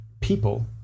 people